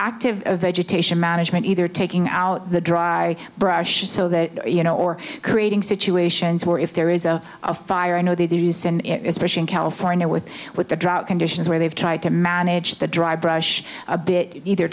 active vegetation management either taking out the dry brush so that you know or creating situations where if there is a fire i know they do send it is california with with the drought conditions where they've tried to manage the dry brush a bit either